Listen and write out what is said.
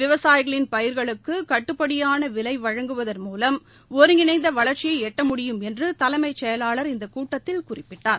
விவசாயிகளின் பயிர்களுக்கு கட்டுப்படியான விலை வழங்குவதன் மூலம் ஒருங்கிணைந்த வளர்ச்சியை எட்ட முடியும் என்று தலைமைச் செயலாளர் இந்த கூட்டத்தில் குறிப்பிட்டார்